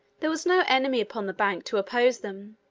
there was no enemy upon the bank to oppose them.